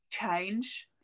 change